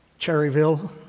Cherryville